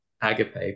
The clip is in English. agape